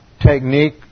technique